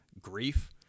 grief